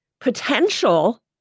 potential